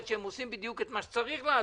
שהם עושים בדיוק את מה שצריך לעשות.